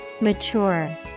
Mature